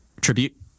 tribute